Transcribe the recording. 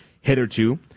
Hitherto